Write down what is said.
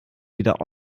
weder